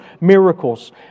miracles